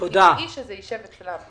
שהגיוני שיישב אצלן.